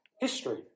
history